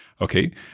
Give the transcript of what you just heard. Okay